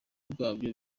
bwarwo